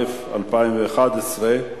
2011,